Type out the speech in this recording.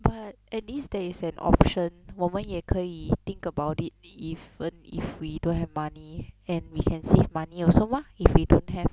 but at least there is an option 我们也可以 think about it even if we don't have money and we can save money also mah if we don't have